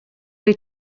wyt